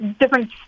different